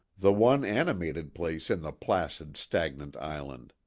the one animated place in the placid, stagnant island.